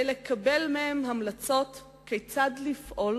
כדי לקבל מהם המלצות כיצד לפעול